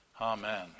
Amen